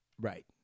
Right